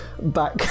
back